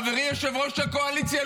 חברי יושב-ראש הקואליציה,